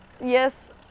yes